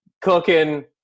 cooking